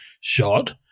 shot